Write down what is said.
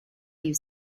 you